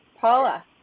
paula